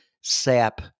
sap